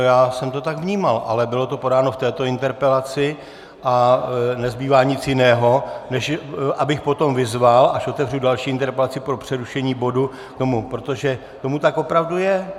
Já jsem to tak vnímal, ale bylo to podáno v této interpelaci a nezbývá nic jiného, než abych potom vyzval, až otevřu další interpelaci po přerušení bodu, k tomu, protože tomu tak opravdu je.